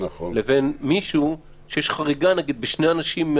לבין מישהו שיש חריגה בשני אנשים,